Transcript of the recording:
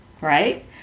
right